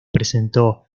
presentó